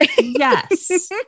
Yes